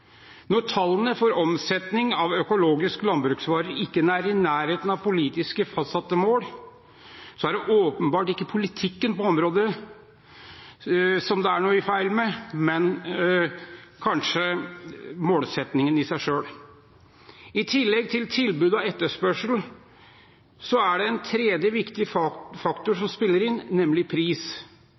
Når tallene for omsetning av økologiske landbruksvarer ikke er i nærheten av politisk fastsatte mål, er det åpenbart ikke politikken på området som det er noe feil med, men kanskje målsettingen i seg selv. I tillegg til tilbud og etterspørsel er det en tredje viktig faktor som spiller inn, nemlig pris.